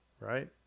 right